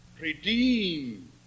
redeem